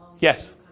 Yes